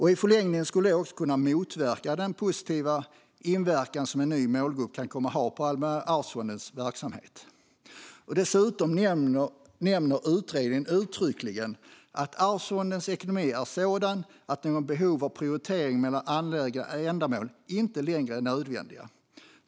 I förlängningen skulle det också kunna motverka den positiva inverkan som en ny målgrupp kan komma att ha på Allmänna arvsfondens verksamhet. Dessutom nämner utredningen uttryckligen att Arvsfondens ekonomi är sådan att något behov av att prioritera mellan angelägna ändamål inte längre är nödvändigt.